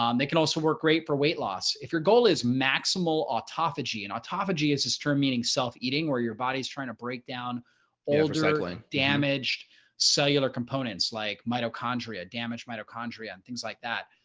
um they can also work great for weight loss if your goal is maximal ontology. and ontology is this term meaning self eating or your body's trying to break down old, and damaged cellular components like mitochondria, damaged mitochondria and things like that.